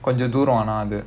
தூரம் ஆனா அது:thooram aanaa athu